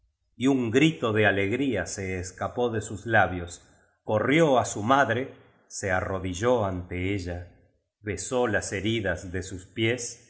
y un grito de alegría se escapó de sus labios corrió á su madre se arrodilló ante ella besó las heridas de sus pies